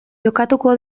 jokatuko